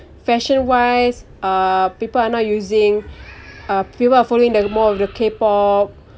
fashion wise uh people are now using uh fewer are following the more of the K pop